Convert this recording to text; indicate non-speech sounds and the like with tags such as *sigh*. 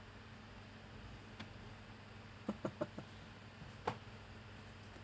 *laughs*